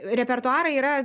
repertuarai yra